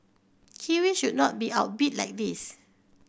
kiwis should not be outbid like this